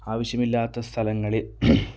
ആവശ്യമില്ലാത്ത സ്ഥലങ്ങളിൽ